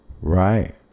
Right